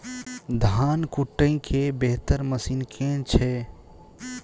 धान कुटय केँ बेहतर मशीन केँ छै?